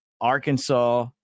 Arkansas